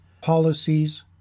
policies